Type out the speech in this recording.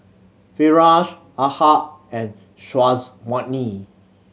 Firash Ahad and Syazwani